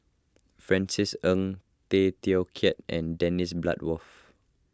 Francis Ng Tay Teow Kiat and Dennis Bloodworth